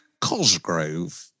Cosgrove